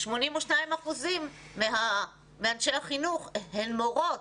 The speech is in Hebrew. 82% מאנשי החינוך הן מורות.